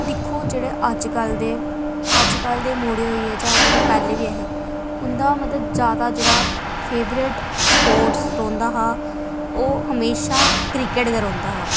दिक्खो जेह्ड़े अज्जकल दे अज्जकल दे मुड़े होइये जां जेह्ड़े पैह्लें बी ऐहे उंदा मतलब जादा जेह्ड़ा फेवरेट स्पोर्टस रौहंदा हा ओह् हमेशा क्रिकेट गै रौहंदा हा